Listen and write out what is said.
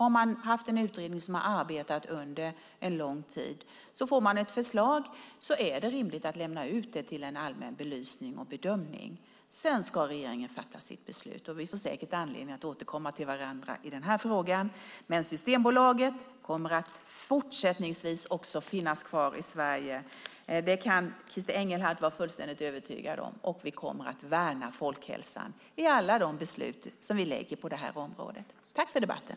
Har man haft en utredning som har arbetat fram sitt förslag under en lång tid är det rimligt att lämna ut det till allmän belysning och bedömning. Sedan ska regeringen fatta sitt beslut, och vi får säkert anledning att återkomma i den här frågan. Systembolaget kommer att också fortsättningsvis finnas kvar i Sverige. Det kan Christer Engelhardt vara fullständigt övertygad om. Vi kommer att värna folkhälsan i alla de beslut som vi fattar på det här området. Tack för debatten!